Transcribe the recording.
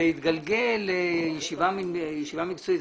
זה התגלגל לישיבה מקצועית.